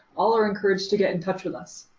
all are encouraged to get in touch with us.